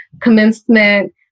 commencement